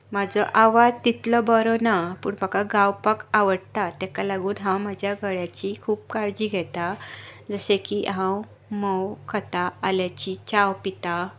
म्हजो आवाज तितलो बरो ना पूण म्हाका गावपाक आवडटा तेका लागून हांव म्हज्या गळ्याची खूब काळजी घेतां जशें की हांव म्होंव खाता आल्याची च्याव पितां